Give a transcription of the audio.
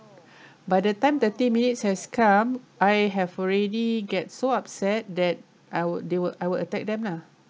by the time thirty minutes has come I have already get so upset that I will they will I will attack them lah